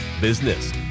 business